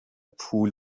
پول